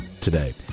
today